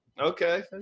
Okay